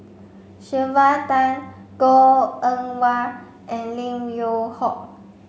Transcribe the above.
Sylvia Tan Goh Eng Wah and Lim Yew Hock